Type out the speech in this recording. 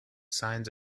signs